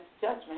judgment